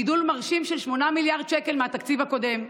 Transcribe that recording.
גידול מרשים של 8 מיליארד שקל מהתקציב הקודם.